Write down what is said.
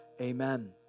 Amen